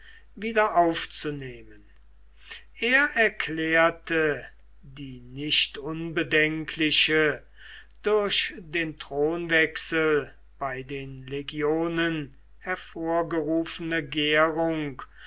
aufzunehmen er erklärte die nicht unbedenkliche durch den thronwechsel bei den legionen hervorgerufene gärung